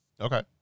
okay